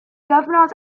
gyfnod